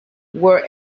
were